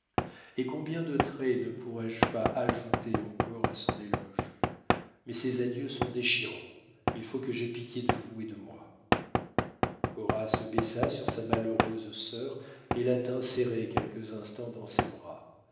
et combien de traits ne pourrois je pas ajouter encore à son éloge mais ces adieux sont déchirants il faut que j'aie pitié de vous et de moi cora se baissa sur sa malheureuse sœur et la tint serrée quelques instants dans ses bras